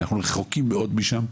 אנחנו רחוקים מאוד משם.